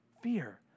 fear